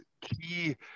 key